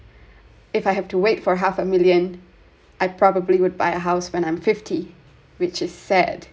if I have to wait for half a million I probably would buy a house when I'm fifty which is sad